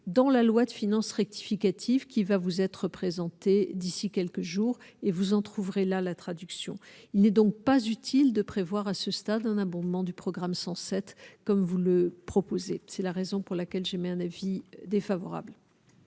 dans la loi de finances rectificative qui va vous être présenté d'ici quelques jours et vous en trouverez la la traduction, il n'est donc pas utile de. Revoir à ce stade un abondement du programme 107 comme vous le proposez, c'est la raison pour laquelle j'émets un avis défavorable.